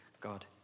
God